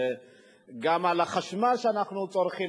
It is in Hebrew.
גם החשמל שאנחנו צורכים,